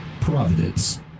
Providence